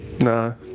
No